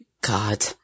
God